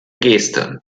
geste